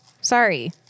Sorry